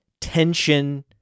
tension